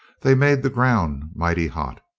they made the ground mighty hot.